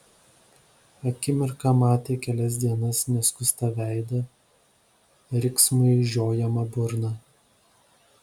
akimirką matė kelias dienas neskustą veidą riksmui žiojamą burną